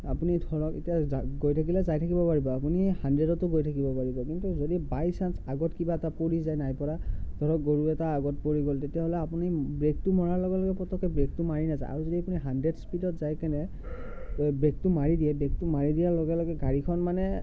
আপুনি ধৰক এতিয়া যায় গৈ থাকিলে যায় থাকিব পাৰিব আপুনি হানড্ৰেডটো গৈ থাকিব পাৰিব কিন্তু যদি বাইচাঞ্চ আগত কিবা এটা পৰি যায় নাই পৰা ধৰক গৰু এটা আগত কৰি গ'ল তেতিয়াহ'লে আপুনি ব্ৰেকটো মৰাৰ লগে লগে পটককৈ ব্ৰেকটো মাৰি নাযায় আৰু যদি আপুনি হানড্ৰেড স্পিডত যায় কেনে বা ব্ৰেকটো মাৰি দিয়ে ব্ৰেকটো মাৰি দিয়াৰ লগে লগে গাড়ীখন মানে